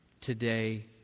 today